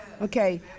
Okay